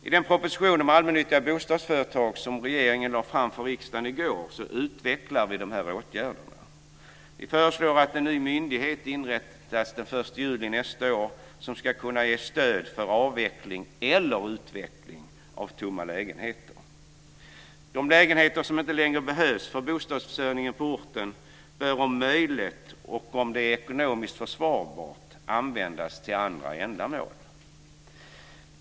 I den proposition om allmännyttiga bostadsföretag som regeringen lade fram för riksdagen i går utvecklar vi de här åtgärderna. Vi föreslår att en ny myndighet inrättas den 1 juli 2002 som ska kunna ge stöd för avveckling eller utveckling av tomma lägenheter. De lägenheter som inte längre behövs för bostadsförsörjningen på orten bör om det är möjligt och ekonomiskt försvarbart, användas till andra ändamål.